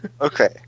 Okay